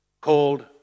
called